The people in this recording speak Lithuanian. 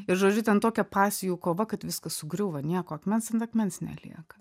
ir žodžiu ten tokia pasijų kova kad viskas sugriūva nieko akmens ant akmens nelieka